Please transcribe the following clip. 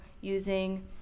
using